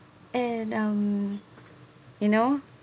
and um you know